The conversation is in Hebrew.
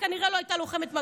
היא כנראה לא הייתה לוחמת מג"ב.